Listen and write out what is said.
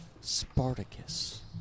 spartacus